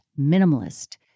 minimalist